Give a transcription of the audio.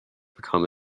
become